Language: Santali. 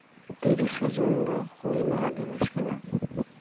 ᱛᱤᱨᱤᱥᱮ ᱡᱩᱱ ᱫᱚ ᱦᱩᱞᱢᱟᱦᱟ ᱫᱤᱵᱚᱥ ᱠᱟᱱᱟ